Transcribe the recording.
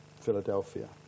Philadelphia